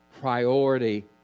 priority